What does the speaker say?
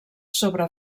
sobre